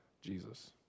Jesus